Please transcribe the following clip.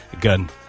gun